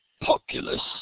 Populous